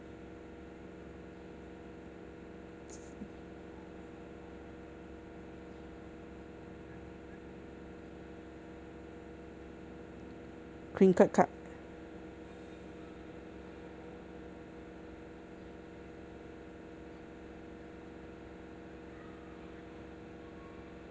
crinkled cut